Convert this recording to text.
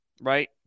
right